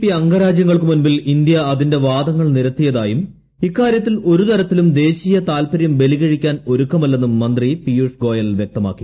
P അംഗരാജ്യങ്ങൾക്കു മുൻപിൽ ്ര ഇന്ത്യ അതിന്റെ വാദങ്ങൾ നിരത്തിയതായും ഇക്കാര്യത്തിൽ ഒരു തരത്തിലും ദേശീയ താൽപ്പര്യം ബലികഴിക്കാൻ ഒരുക്കമല്ലെന്നും മന്ത്രി പ്ലീയൂഷ് ഗോയൽ വ്യക്തമാക്കി